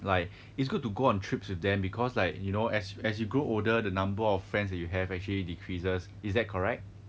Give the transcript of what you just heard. like it's good to go on trips with them because like you know as as you grow older the number of friends that you have actually decreases is that correct